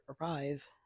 arrive